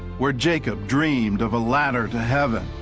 where jacob dreamed of a ladder to heaven.